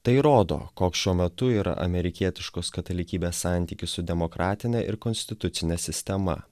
tai rodo koks šiuo metu yra amerikietiškos katalikybės santykis su demokratine ir konstitucine sistema